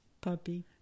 Puppy